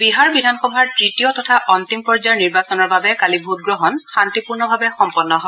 বিহাৰ বিধানসভাৰ তৃতীয় তথা অন্তিম পৰ্যায়ৰ নিৰ্বাচনৰ বাবে কালি ভোটগ্ৰহণ শান্তিপূৰ্ণভাৱে সম্পন্ন হয়